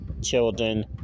children